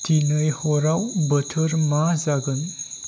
दिनै हराव बोथोर मा जागोन